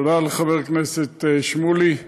תודה לחבר הכנסת שמולי.